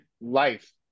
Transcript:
life